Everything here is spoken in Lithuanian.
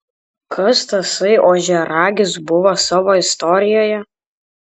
kas tasai ožiaragis buvo savo istorijoje